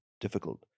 difficult